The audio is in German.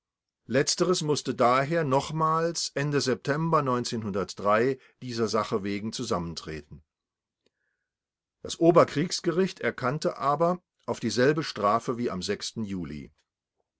letzteres mußte daher nochmals ende september dieser sache wegen zusammentreten das oberkriegsgericht erkannte aber auf dieselbe strafe wie am juli